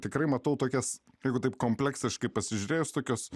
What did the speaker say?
tikrai matau tokias jeigu taip kompleksiškai pasižiūrėjus tokios